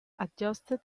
adjusted